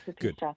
Good